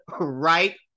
right